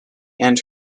and